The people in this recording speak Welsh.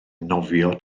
nofio